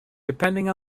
depending